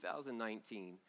2019